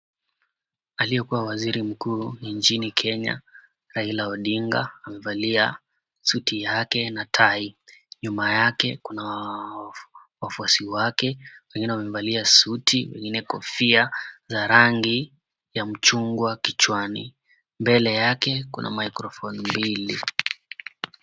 Aliyekuwa waziri mkuu nchini Kenya Raila Odinga amevalia suti yake na tai. Nyuma yake kuna wafuasi wake wengine wamevalia suti wengine kofia za rangi ya mchungwa kichwani. Mbele yake kuna mikrofoni mbili.